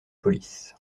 police